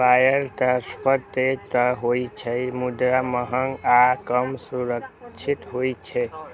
wire transfer तेज तं होइ छै, मुदा महग आ कम सुरक्षित होइ छै